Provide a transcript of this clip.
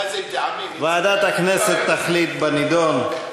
ועדת הכנסת תחליט בנדון.